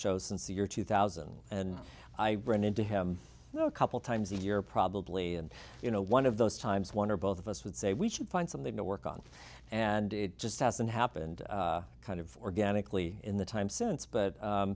show since the year two thousand and i ran into him a couple times a year probably and you know one of those times one or both of us would say we should find something to work on and it just hasn't happened kind of organically in the time since but